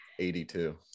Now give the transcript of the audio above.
82